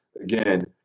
again